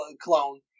clone